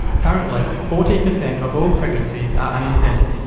currently, forty percent of all pregnancies are unintended.